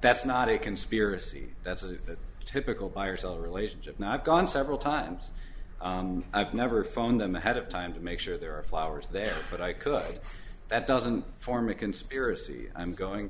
that's not a conspiracy that's a typical buyer seller relationship and i've gone several times i've never phoned them ahead of time to make sure there are flowers there but i could that doesn't form a conspiracy i'm going